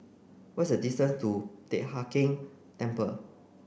what's the distance to Teck Hai Keng Temple